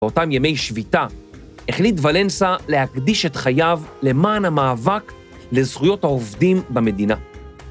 באותם ימי שביתה החליט ולנסה להקדיש את חייו למען המאבק לזכויות העובדים במדינה.